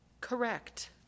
Correct